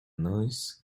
noise